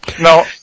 No